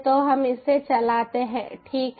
तो हम इसे चलाते हैं ठीक है